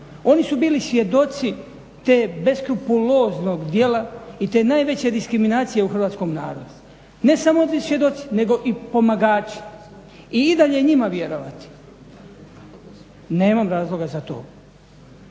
Oni su bili svjedoci tog beskrupuloznog dijela i te najveće diskriminacije u hrvatskom narodu, ne samo svjedoci nego i pomagači i dalje njima vjerovati nemam razloga za to.